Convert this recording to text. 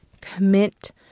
commit